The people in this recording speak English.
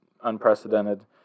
unprecedented